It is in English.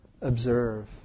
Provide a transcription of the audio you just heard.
observe